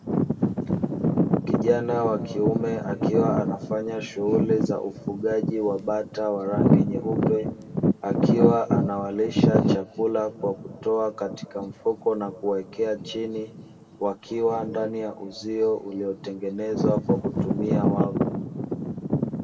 Kijana wa kiume akiwa anafanya shughuli za ufugaji wa bata wa rangi nyeupe, akiwa anawalisha chakula kwa kutoa katika mfuko na kuwawekea chini; wakiwa ndani ya uzio uliotengenezwa kwa kutumia wavu.